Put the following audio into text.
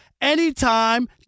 anytime